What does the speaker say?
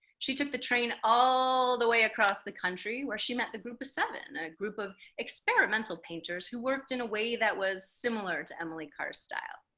she took the train all the way across the country, where she met the group of seven, a group of experimental painters who worked in a way that was similar to emily carr's style.